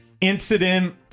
incident